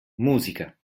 musica